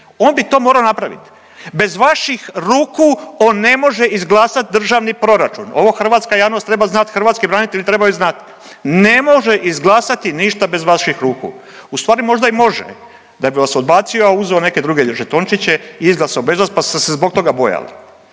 on bi to morao napravit. Bez vaših ruku on ne može izglasat Državni proračun, ovo hrvatska javnost treba znat i hrvatski branitelji trebaju znat, ne može izglasati ništa bez vaših ruku. Ustvari možda i može, da bi vas odbacio, a uzeo neke druge žetončiće i izglasao bez vas, pa ste se zbog toga bojali.